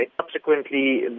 Subsequently